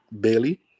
Bailey